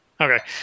Okay